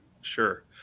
sure